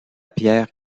pierre